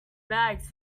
bags